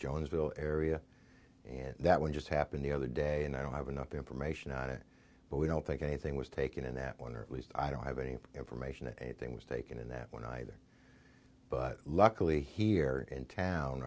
jonesville area and that one just happened the other day and i don't have enough information on it but we don't think anything was taken in that one or at least i don't have any information that anything was taken in that one either but luckily here in town